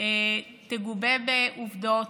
שהיא תגובה בעובדות,